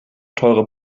teure